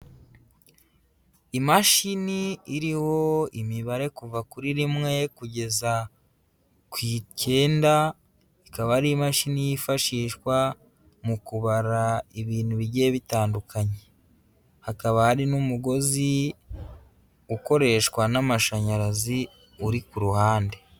Imashini iriho imibare kuva kuri rimwe kugeza ku icyenda, ikaba ari imashini yifashishwa mu kubara ibintu bigiye bitandukanye hakaba hari n'umugozi ukoreshwa n'amashanyarazi uri ku ruhande.